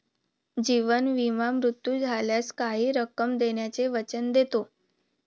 जीवन विमा मृत्यू झाल्यास काही रक्कम देण्याचे वचन देतो